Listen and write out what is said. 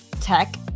tech